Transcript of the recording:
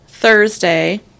Thursday